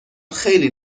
خیلی